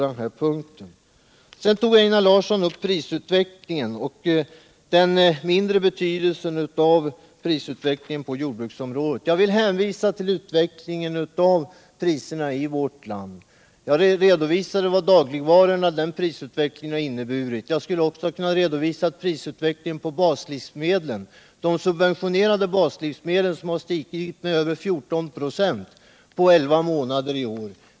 Einar Larsson tog upp prisutvecklingen och den mindre betydelse som den skulle ha på jordbruksområdet. Jag vill då hänvisa till utvecklingen av priserna i vårt land. Jag redovisade vad prisutvecklingen för dagligvarorna har inneburit, och jag skulle också ha kunnat redovisa prisutvecklingen på baslivsmedlen. De subventionerade baslivsmedlen har stigit med över 14 96 på elva månader i år.